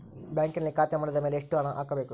ಬ್ಯಾಂಕಿನಲ್ಲಿ ಖಾತೆ ಮಾಡಿದ ಮೇಲೆ ಎಷ್ಟು ಹಣ ಹಾಕಬೇಕು?